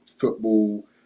football